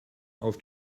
auf